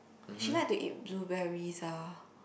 she like to eat blueberries ah